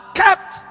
kept